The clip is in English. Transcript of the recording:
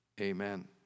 amen